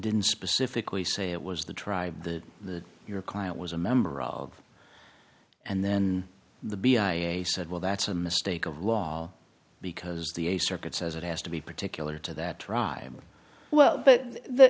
didn't specifically say it was the tribe the the your client was a member and then the b i said well that's a mistake of law because the a circuit says it has to be particular to that tribe well but the